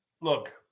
look